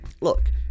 look